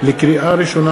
לקריאה ראשונה,